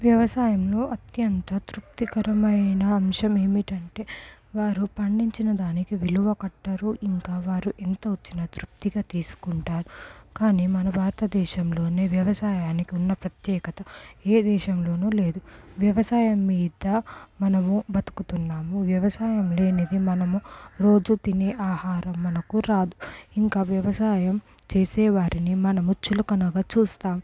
వ్యవసాయంలో అత్యంత తృప్తికరమైన అంశం ఏమిటంటే వారు పండించిన దానికి విలువ కట్టరు ఇంకా వారు ఎంత వచ్చిన తృప్తిగా తీసుకుంటారు కానీ మన భారత దేశంలోనే వ్యవసాయానికి ఉన్న ప్రత్యేకత ఏ దేశంలోనూ లేదు వ్యవసాయం మీద మనము బతుకుతున్నాము వ్యవసాయం లేనిది మనము రోజు తినే ఆహారం మనకు రాదు ఇంకా వ్యవసాయం చేసే వారిని మనము చులకనగా చూస్తాం